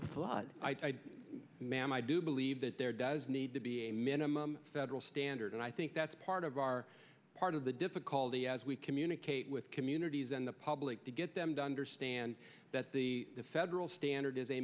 be a flood ma'am i do believe that there does need to be a minimum federal standard and i think that's part of our part of the difficulty as we communicate with communities and the public to get them to understand that the federal standard is a